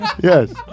Yes